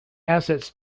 assets